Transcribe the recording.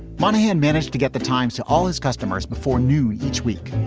monahan managed to get the times to all his customers before new each week.